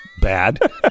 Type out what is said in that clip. bad